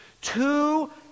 Two